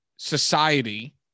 society